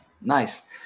nice